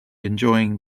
enjoying